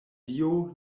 dio